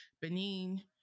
Benin